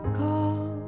call